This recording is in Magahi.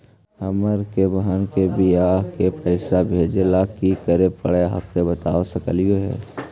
हमार के बह्र के बियाह के पैसा भेजे ला की करे परो हकाई बता सकलुहा?